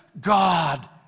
God